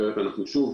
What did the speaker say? אחרת אנחנו נמשיך